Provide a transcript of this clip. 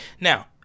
Now